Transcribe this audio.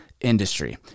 industry